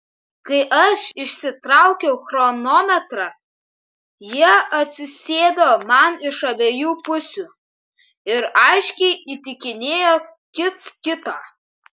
kai aš išsitraukiau chronometrą jie atsisėdo man iš abiejų pusių ir aiškiai įtikinėjo kits kitą